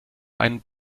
einen